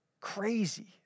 Crazy